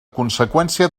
conseqüència